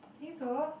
I think so